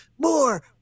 more